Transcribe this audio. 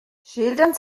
schildern